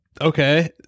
Okay